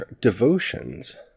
devotions